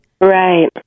Right